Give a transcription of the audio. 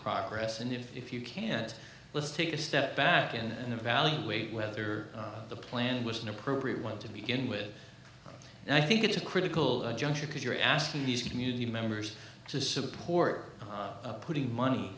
progress and if you can't let's take a step back and evaluate whether the plan was an appropriate one to begin with and i think it's a critical juncture because you're asking these community members to support putting money